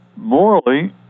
Morally